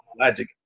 logic